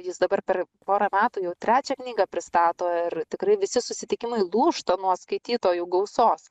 jis dabar per porą metų jau trečią knygą pristato ir tikrai visi susitikimai lūžta nuo skaitytojų gausos